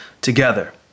together